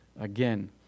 again